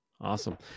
Awesome